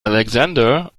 alexander